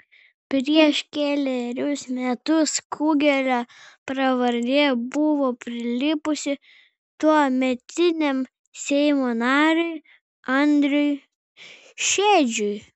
prieš kelerius metus kugelio pravardė buvo prilipusi tuometiniam seimo nariui andriui šedžiui